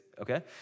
okay